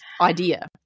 idea